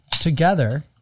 together